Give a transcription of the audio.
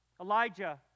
Elijah